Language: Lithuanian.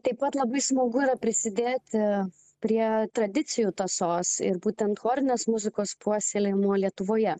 taip pat labai smagu yra prisidėti prie tradicijų tąsos ir būtent chorinės muzikos puoselėjimo lietuvoje